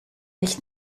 nicht